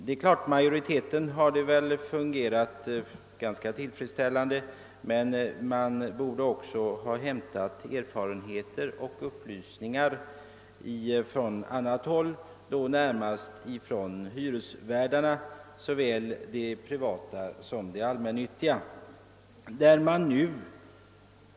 I flertalet fall har det säkerligen fungerat ganska tillfredsställande, men erfarenheter och upplysningar borde också ha inhämtats från annat håll, närmast från hyresvärdarna, såväl från de privata hyresvärdarna som från de allmännyttiga bostadsföretagen.